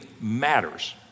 matters